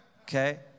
Okay